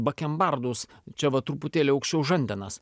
bakembardus čia va truputėlį aukščiau žandenas